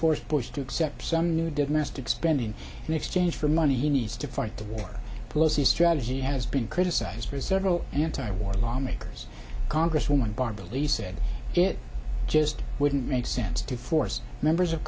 force bush to accept some new did mastic spending in exchange for money he needs to fight the war plus the strategy has been criticized for several anti war lawmakers congresswoman barbara lee said it just wouldn't make sense to force members of